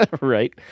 right